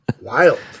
wild